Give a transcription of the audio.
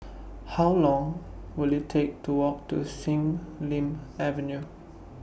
How Long Will IT Take to Walk to Sin Ling Avenue